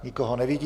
Nikoho nevidím.